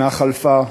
שנה חלפה.